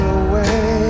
away